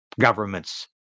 government's